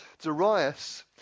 Darius